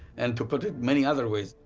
and to put it many other ways,